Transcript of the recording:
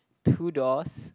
two doors